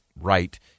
right